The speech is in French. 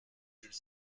jules